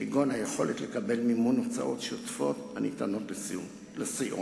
כגון היכולת לקבל מימון הוצאות שוטפות הניתנות לסיעות.